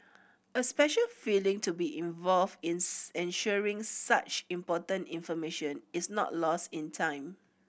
a special feeling to be involved ensuring such important information is not lost in time